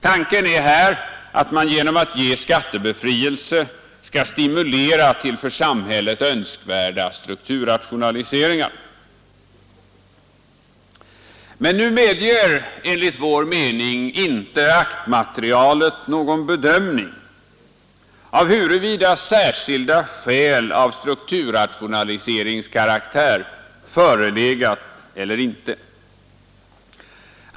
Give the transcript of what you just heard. Tanken är här att man genom att ge skattebefrielse skall stimulera till för samhället önskvärda strukturrationaliseringar. Men enligt vår mening medger inte aktmaterialet någon bedömning av huruvida särskilda skäl av strukturrationaliseringskaraktär förelegat eller inte.